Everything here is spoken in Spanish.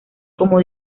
como